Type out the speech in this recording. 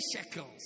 shekels